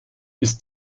ist